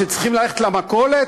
כשצריכים ללכת למכולת,